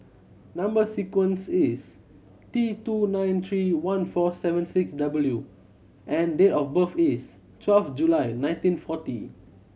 number sequence is T two nine three one four seven six W and date of birth is twelve July nineteen forty